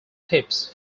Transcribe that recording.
tips